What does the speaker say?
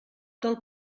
del